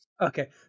Okay